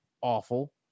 Awful